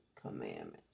commandments